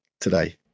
today